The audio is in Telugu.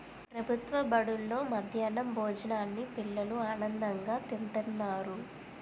ప్రభుత్వ బడుల్లో మధ్యాహ్నం భోజనాన్ని పిల్లలు ఆనందంగా తింతన్నారు